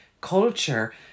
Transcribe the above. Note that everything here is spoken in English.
culture